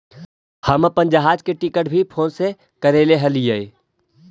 हम अपन जहाज के टिकट भी फोन से ही करैले हलीअइ